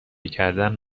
کردن